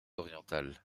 orientale